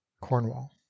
Cornwall